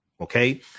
Okay